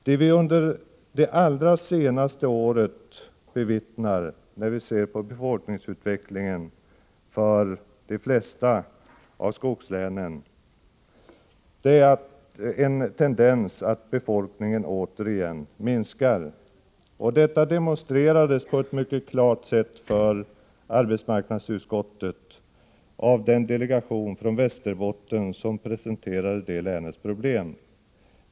Det vi under det allra senaste året bevittnat när det gäller befolkningsutvecklingen för de flesta av skogslänen är en tendens att befolkningen återigen minskar. Detta demonstrerades på ett mycket klart sätt för arbetsmarknadsutskottet av den delegation från Västerbotten som presenterade det länets problem.